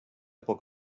poc